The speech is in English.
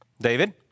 David